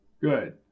Good